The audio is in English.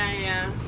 ya ya